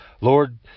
lord